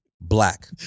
Black